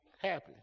happy